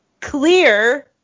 clear